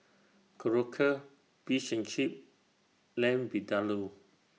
Korokke Fish and Chips Lamb Vindaloo